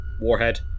Warhead